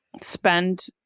spend